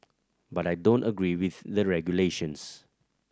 but I don't agree with the regulations